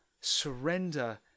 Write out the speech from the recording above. surrender